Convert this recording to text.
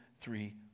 three